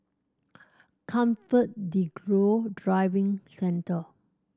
ComfortDelGro Driving Centre